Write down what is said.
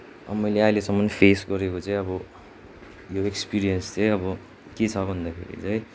मैले अहिलेसम्म फेस गरेको चाहिँ अब यो एक्सपिरियन्स चाहिँ अब के छ भन्दाखेरि चाहिँ